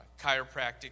chiropractic